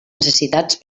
necessitats